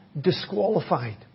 disqualified